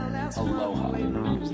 aloha